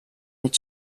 mit